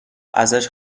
ازش